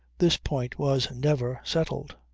this point was never settled.